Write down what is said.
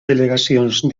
delegacions